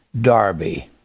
Darby